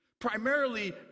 Primarily